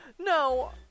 No